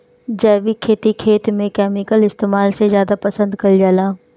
जैविक खेती खेत में केमिकल इस्तेमाल से ज्यादा पसंद कईल जाला